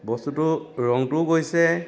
বস্তুটোৰ ৰংটোও গৈছে